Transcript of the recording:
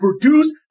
produce